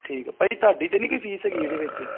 ਠੀਕ ਹੈ ਭਾਅ ਜੀ ਤੁਹਾਡੀ ਤਾਂ ਨਹੀਂ ਕੋਈ ਫੀਸ ਹੈਗੀ ਇਹਦੇ ਵਿੱਚ